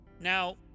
Now